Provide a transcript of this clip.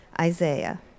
Isaiah